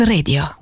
Radio